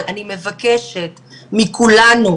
אני מבקשת מכולנו